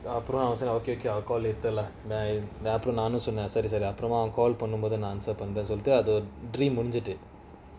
அப்புறம்:apuram okay okay I'll call later lah by நானேசொன்னேன்அப்புறமாகால்பண்ணும்போதுசொல்றேன்னு:nane sonnen appurama kaal pannumpothu solrenu dream முடிஞ்சுது:mudinjuthu